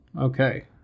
Okay